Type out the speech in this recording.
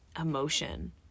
emotion